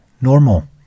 normal